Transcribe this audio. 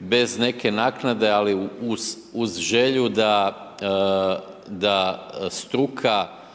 bez neke naknade ali uz želju struka